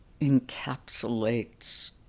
encapsulates